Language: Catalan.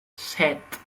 set